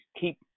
keep